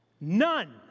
None